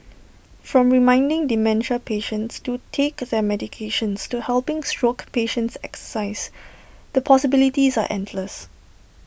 from reminding dementia patients to take their medications to helping stroke patients exercise the possibilities are endless